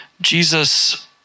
Jesus